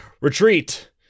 Retreat